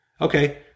Okay